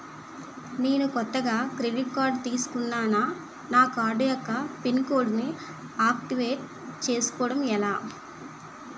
నేను కొత్తగా credit card తిస్కున్నా నా కార్డ్ యెక్క పిన్ కోడ్ ను ఆక్టివేట్ చేసుకోవటం ఎలా?